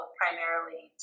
primarily